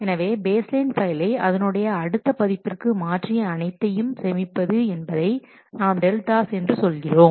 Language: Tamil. எனவே பேஸ்லைன் ஃபைலை அதனுடைய அடுத்த பதிப்பிற்கு மாற்றி அனைத்தையும் சேமிப்பது என்பதை நாம் டெல்டாஸ் என்று சொல்கிறோம்